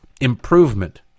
improvement